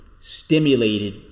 stimulated